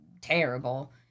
terrible